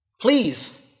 Please